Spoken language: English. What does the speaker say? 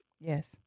Yes